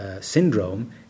syndrome